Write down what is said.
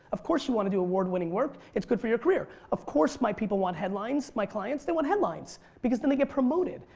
of course you want to do award-winning work, it's good for your career. of course my people want headlines, my clients they want headlines because then they get promoted.